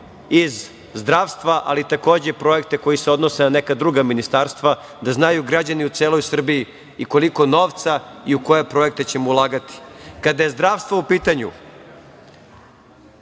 iz zdravstva, ali takođe projekte koji se odnose na neka druga ministarstva, da znaju građani u celoj Srbiji i koliko novca i u koje projekte ćemo ulagati. Kada je zdravstvo u pitanju